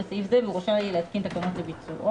סעיף זה והוא רשאי יהיה להתקין תקנות לביצועו.